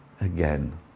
again